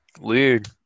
weird